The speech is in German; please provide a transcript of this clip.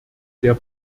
der